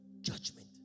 judgment